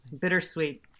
bittersweet